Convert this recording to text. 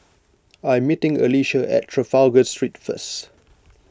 I am meeting Alisha at Trafalgar Street first